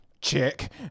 Check